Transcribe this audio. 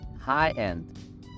high-end